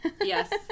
Yes